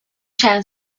چند